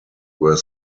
were